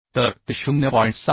तर ते 0